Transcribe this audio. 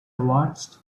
watched